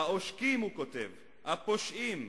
"העושקים", הוא כותב, "הפושעים,